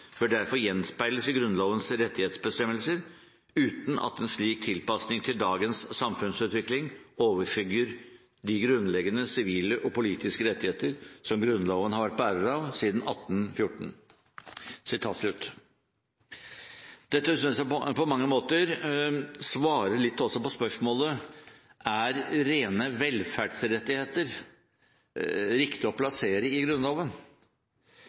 bør derfor gjenspeiles i Grunnlovens rettighetsbestemmelser, uten at en slik tilpasning til dagens samfunnsutvikling overskygger de grunnleggende sivile og politiske rettigheter som Grunnloven har vært bærer av siden 1814.» Dette synes jeg på mange måter også svarer på spørsmålet: Er rene velferdsrettigheter riktig å plassere i Grunnloven?